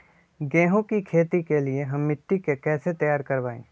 गेंहू की खेती के लिए हम मिट्टी के कैसे तैयार करवाई?